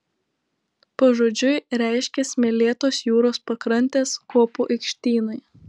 pažodžiui reiškia smėlėtos jūros pakrantės kopų aikštynai